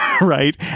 right